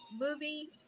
movie